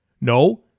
No